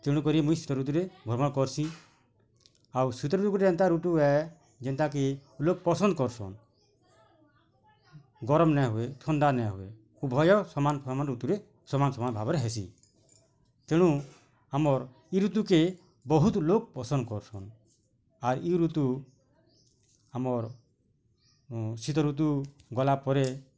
ତେଣୁ କରି ମୁଇଁ ଶୀତ ଋତୁରେ ଭ୍ରମଣ କର୍ସି ଆଉ ଶୀତ ଋତୁ ଗୁଟେ ଏନ୍ତା ଋତୁ ଏ ଯେନ୍ତା କି ଲୋକ୍ ପସନ୍ଦ୍ କର୍ସନ୍ ଗରମ୍ ନାଇଁ ହୁଏ ଥଣ୍ଡା ନାଇଁ ହୁଏ ଉଭୟ ସମାନ ସମାନ ଋତୁରେ ସମାନ ସମାନ ଭାବରେ ହେଇସି ତେଣୁ ଆମର ଇ ଋତୁ କେ ବହୁତ୍ ଲୋକ୍ ପସନ୍ଦ୍ କରୁସନ୍ ଆର୍ ଇ ଋତୁ ଆମର୍ ଶୀତ ଋତୁ ଗଲା ପରେ